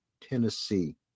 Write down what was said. Tennessee